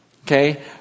Okay